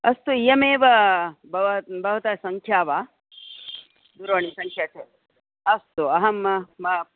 अस्तु इयमेव भव भवतः संङ्ख्या वा दूरवाणीसङ्ख्या च अस्तु अहं